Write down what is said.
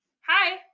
hi